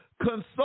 consult